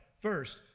first